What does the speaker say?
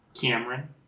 Cameron